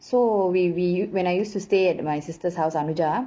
so we we when I used to stay at my sister's house anuja